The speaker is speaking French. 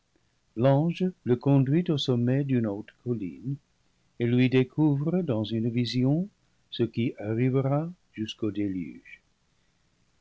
l'ange le conduit au sommet d'une haute colline et lui découvre dans une vision ce qui arrivera jusqu'au déluge